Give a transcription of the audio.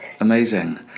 Amazing